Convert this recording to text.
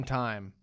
time